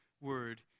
word